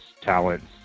talents